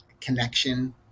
connection